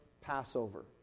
Passover